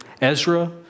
Ezra